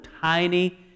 tiny